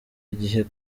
igihe